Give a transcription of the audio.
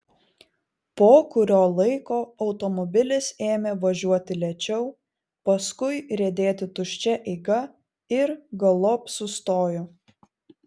po kurio laiko automobilis ėmė važiuoti lėčiau paskui riedėti tuščia eiga ir galop sustojo